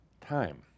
time